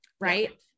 right